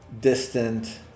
distant